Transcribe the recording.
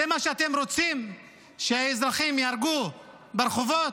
זה מה שאתם רוצים, שהאזרחים ייהרגו ברחובות?